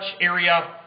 area